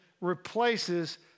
replaces